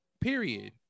period